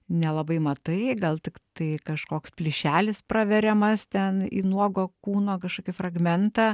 nelabai matai gal tiktai kažkoks plyšelis praveriamas ten į nuogo kūno kažkokį fragmentą